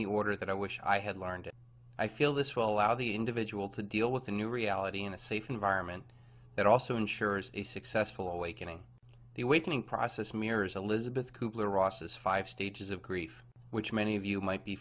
the order that i wish i had learned it i feel this will allow the individual to deal with the new reality in a safe environment that also ensures a successful awakening the awakening process mirrors elizabeth kubler ross has five stages of grief which many of you might be